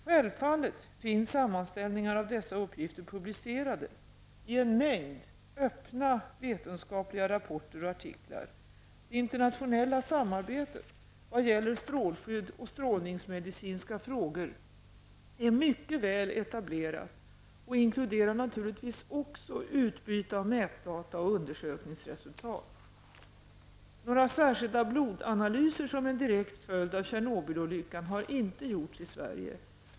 Självfallet finns sammanställningar av dessa uppgifter publicerade i en mängd öppna vetenskapliga rapporter och artiklar. Det internationella samarbetet vad gäller strålskydd och strålningsmedicinska frågor är mycket väl etablerat och inkluderar naturligtvis också utbyte av mätdata och undersökningsresultat. Några särskilda blodanalyser som en direkt följd av Tjernobylolyckan har inte gjorts i Sverige.